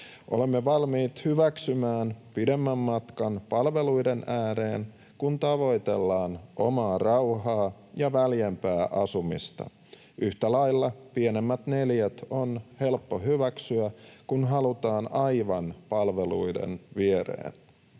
Olemme valmiit hyväksymään pidemmän matkan palveluiden ääreen, kun tavoitellaan omaa rauhaa ja väljempää asumista. Yhtä lailla pienemmät neliöt on helppo hyväksyä, kun halutaan aivan palveluiden viereen.